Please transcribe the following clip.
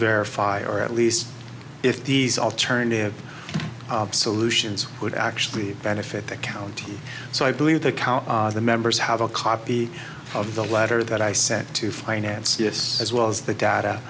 verify or at least if these alternative solutions would actually benefit the county so i believe the cow the member you have a copy of the letter that i said to finance this as well as the data